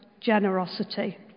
generosity